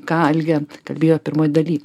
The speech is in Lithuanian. ką algė kalbėjo pirmoj daly